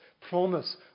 promise